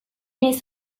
naiz